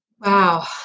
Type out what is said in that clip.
Wow